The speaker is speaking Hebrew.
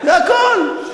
כמו בגין.